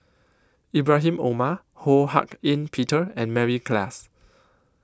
Ibrahim Omar Ho Hak Ean Peter and Mary Klass